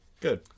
Good